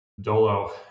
dolo